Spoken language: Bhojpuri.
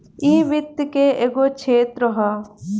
इ वित्त के एगो क्षेत्र ह